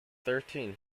thirteen